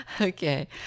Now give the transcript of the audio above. Okay